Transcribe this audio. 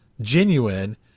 genuine